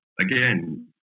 again